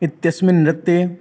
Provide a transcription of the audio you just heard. इत्यस्मिन् नृत्ये